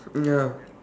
ya